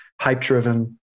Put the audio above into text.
hype-driven